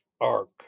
arc